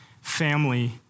family